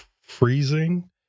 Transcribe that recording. freezing